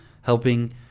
helping